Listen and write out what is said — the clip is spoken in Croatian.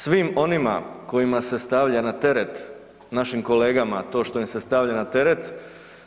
Svim onima kojima se stavlja na teret našim kolegama to što im se stavlja na teret